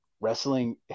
wrestling